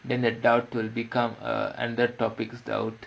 then the doubt will become a under topics doubt